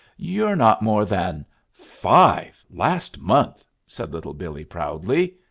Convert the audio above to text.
you're not more than five last month, said little billee proudly.